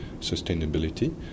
sustainability